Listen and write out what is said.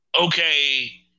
okay